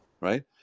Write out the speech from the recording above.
right